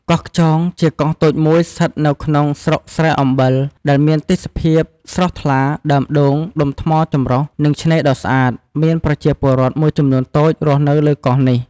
កោះខ្យង ជាកោះតូចមួយស្ថិតនៅក្នុងស្រុកស្រែអំបិល ដែលមានទេសភាពស្រស់ថ្លា ដើមដូង ដុំថ្មចម្រុះ និងឆ្នេរដ៏ស្អាត។ មានប្រជាពលរដ្ឋមួយចំនួនតូចរស់នៅលើកោះនេះ។